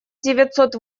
девятьсот